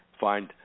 find